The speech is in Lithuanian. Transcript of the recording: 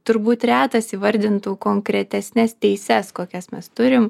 turbūt retas įvardintų konkretesnes teises kokias mes turim